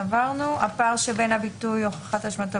עברנו על הפער שבין הביטוי הוכחת אשמה,